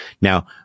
Now